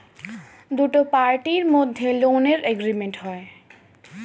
দুটো পার্টির মধ্যে লোনের এগ্রিমেন্ট হয়